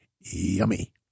yummy